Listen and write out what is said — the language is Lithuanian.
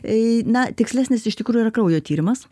ei na tikslesnis iš tikrųjų yra kraujo tyrimas